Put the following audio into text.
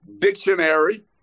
dictionary